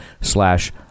slash